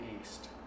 east